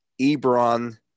Ebron